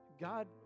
God